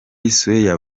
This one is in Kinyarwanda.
square